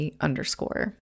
underscore